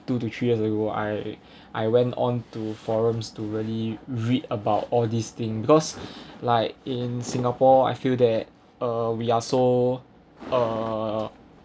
two to three years ago I I went onto forums to really read about all these thing because like in singapore I feel that uh we are so uh